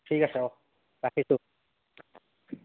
ঠিক আছে অঁ ৰাখিছোঁ